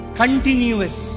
continuous